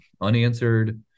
unanswered